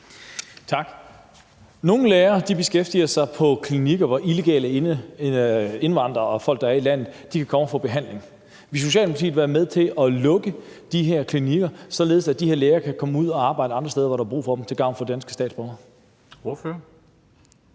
Tak. Nogle læger er beskæftiget på klinikker, hvor illegale indvandrere og folk, der er i landet, kan komme og få behandling. Vil Socialdemokratiet være med til at lukke de her klinikker, således at de her læger kan komme ud og arbejde andre steder, hvor der er brug for dem, til gavn for danske statsborgere?